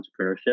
entrepreneurship